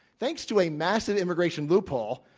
thanks to a massive immigration loophole,